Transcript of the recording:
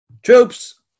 Troops